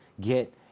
get